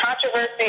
controversy